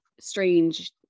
strange